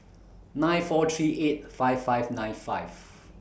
nine four three eight five five nine five